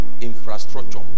infrastructure